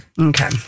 Okay